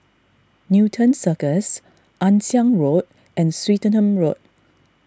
Newton Cirus Ann Siang Road and Swettenham Road